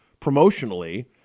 promotionally